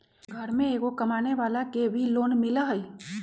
घर में एगो कमानेवाला के भी लोन मिलहई?